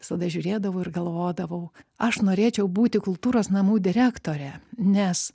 visada žiūrėdavau ir galvodavau aš norėčiau būti kultūros namų direktore nes